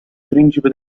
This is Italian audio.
principe